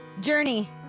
Journey